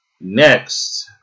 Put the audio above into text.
Next